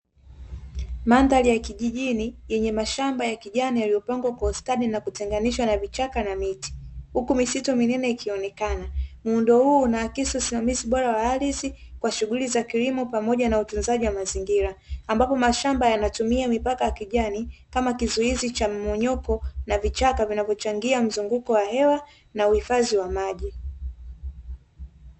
Mandhari ya kijijini yenye mashamba ya kijani yaliyo pangwa kwa ustadi na kutenganishwa na vichaka na miti, huku misitu minene ikionekana. Muundo huu unahakisi usimamizi bora wa ardhi kwa shughulia za kilimo pamoja na utunzaji wa mazingira ambapo mashamba yanatumia mipaka ya kijani kama kizuizi cha mmomonyoko na vichaka vinavyo changia mzunguko wa hewa na uhifadhi wa maji.